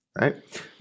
right